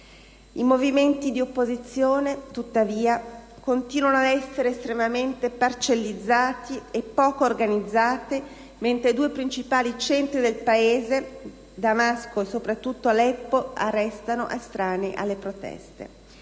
I movimenti di opposizione, tuttavia, continuano ad essere estremamente parcellizzati e poco organizzati, mentre i due principali centri urbani del Paese, Damasco e soprattutto Aleppo, restano estranei alle proteste.